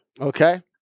Okay